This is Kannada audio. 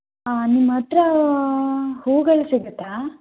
ನಿಮ್ಮ ಹತ್ತಿರ ಹೂಗಳು ಸಿಗುತ್ತಾ